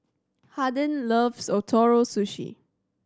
Hardin loves Ootoro Sushi